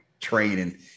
training